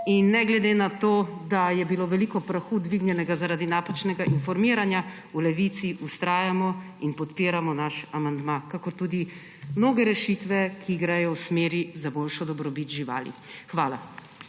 Ne glede na to, da je bilo veliko prahu dvignjenega zaradi napačnega informiranja, v Levici vztrajamo in podpiramo svoj amandma ter tudi mnoge rešitve, ki gredo v smeri boljše dobrobiti živali. Hvala.